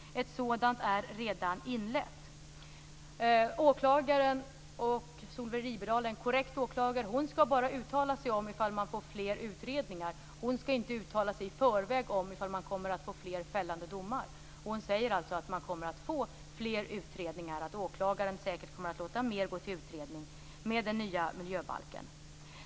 Ett sådant är redan inlett. Solveig Riberdahl är en korrekt åklagare. Hon skall bara uttala sig om ifall man får fler utredningar. Hon skall inte i förväg uttala sig om ifall det blir fler fällande domar. Hon säger alltså att åklagaren säkert kommer att låta fler ärenden gå till utredning med den nya miljöbalken.